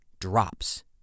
drops